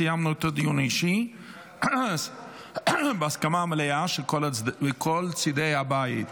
סיימנו את הדיון האישי בהסכמה מלאה של כל צידי הבית.